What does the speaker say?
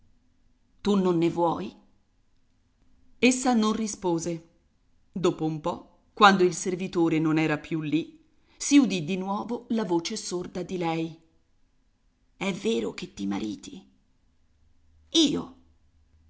tu non ne vuoi essa non rispose dopo un po quando il servitore non era più lì si udì di nuovo la voce sorda di lei è vero che ti mariti io